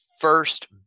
first